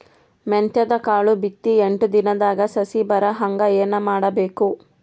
ಮೆಂತ್ಯದ ಕಾಳು ಬಿತ್ತಿ ಎಂಟು ದಿನದಾಗ ಸಸಿ ಬರಹಂಗ ಏನ ಮಾಡಬೇಕು?